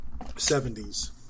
70s